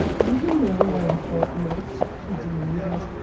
do you know why i thought not? he demanded.